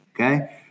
okay